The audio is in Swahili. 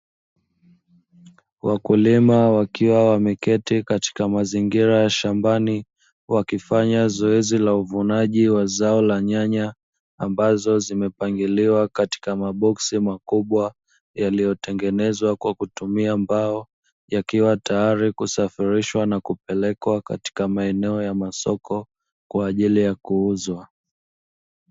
Wakulima wakiwa wameketi katika mazingira ya shambani, wakifanya zoezi la uvunaji wa zao la nyanya ambazo zimepangiliwa katika maboksi makubwa yaliyotengenezwa kwa kutumia mbao yakiwa tayari kusafirishwa na kupelekwa katika maeneo ya masoko kwa ajili ya kuuzwa.